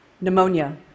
Pneumonia